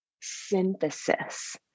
synthesis